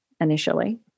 initially